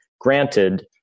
Granted